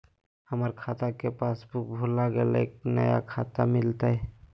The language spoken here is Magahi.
हमर खाता के पासबुक भुला गेलई, नया कैसे मिलतई?